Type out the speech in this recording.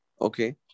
Okay